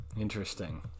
interesting